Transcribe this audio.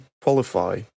qualify